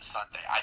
Sunday